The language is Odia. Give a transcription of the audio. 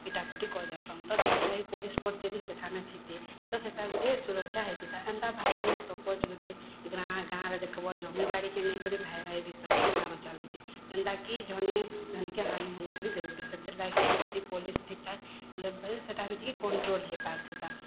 ପିଟାପିଟି କରିଦେସନ୍ ତ ସେଥିରଲାଗି ପୋଲିସ୍ ଫୋର୍ସ୍ ଯଦି ସେଠାନେ ଥିତେ ତ ସେଟା ଗୁଟେ ସୁରକ୍ଷା ହେଇଥିତା ଏନ୍ତା ଭାବିନିଅ ସପୋଜ୍ ଗୁଟେ ଗାଁ ଗାଁରେ ଦେଖ୍ବ ଜମି ବାଡ଼ିକେ ନେଇକରି ଭାଇ ଭାଇ ଭିତ୍ରେ ବି ମାଡ଼ ଚାଲିଛେ ଏନ୍ତା କି ଝନେ ଝନେକେ ହାନି ହୁନା ବି ଦଉଛେ ସେଥିର୍ ଲାଗିକି ଯଦି ପୋଲିସ୍ ଥିତା ସେଟା ବି ଟିକେ କଣ୍ଟ୍ରୋଲ୍ ହେଇ ପାରିଥିତା